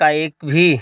का एक भी